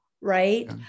right